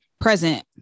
present